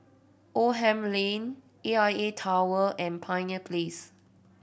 Oldham Lane A I A Tower and Pioneer Place